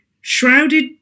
shrouded